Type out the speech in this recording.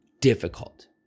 difficult